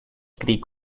creek